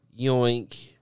Yoink